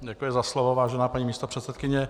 Děkuji za slovo, vážená paní místopředsedkyně.